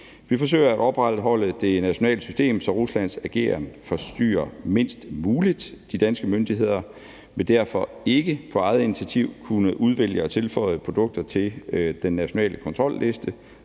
Vi forsøger at opretholde det nationale system, så Ruslands ageren forstyrrer mindst muligt. De danske myndigheder vil derfor ikke på eget initiativ kunne udvælge og tilføje produkter til den nationale kontrolliste.